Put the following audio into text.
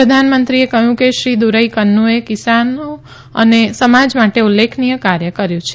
પ્રધાનમંત્રીએ કહ્યું કે શ્રી દુરઇકન્નુએ કિસાનો અને સમાજ માટે ઉલ્લેખનીય કાર્ય કર્યું છે